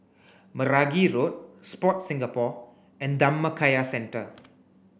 Meragi Road Sport Singapore and Dhammakaya Centre